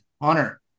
Honor